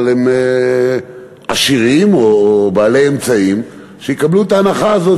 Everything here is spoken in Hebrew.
הם עשירים או בעלי אמצעים יקבלו את ההנחה הזאת,